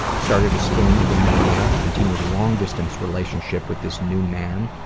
started to spin into mania, continued a long-distance relationship with this new man.